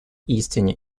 истине